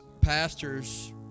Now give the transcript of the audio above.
pastors